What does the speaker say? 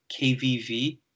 KVV